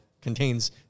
contains